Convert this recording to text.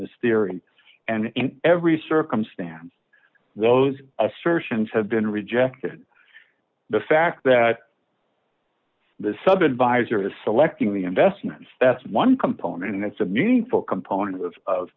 this theory and in every circumstance those assertions have been rejected the fact that the sub advisor the selecting the investments that's one component and it's a meaningful component of